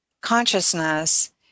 consciousness